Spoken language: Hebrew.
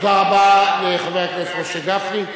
תודה רבה לחבר הכנסת משה גפני.